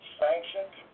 sanctioned